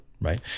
right